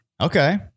Okay